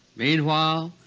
meanwhile,